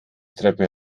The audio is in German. treppe